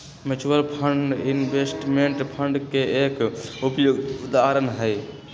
mutual fund investment fund के एक उपयुक्त उदाहरण हई